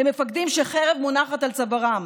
למפקדים שחרב מונחת על צווארם.